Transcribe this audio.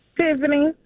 Tiffany